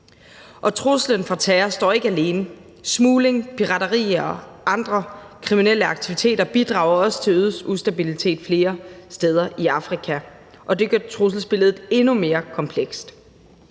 truslen fra terror står ikke alene; smugling, pirateri og andre kriminelle aktiviteter bidrager også til en øget ustabilitet flere steder i Afrika, og det gør trusselsbilledet endnu mere komplekst.